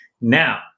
now